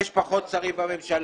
אני יודע שיש פחות שרים בממשלה.